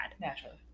Naturally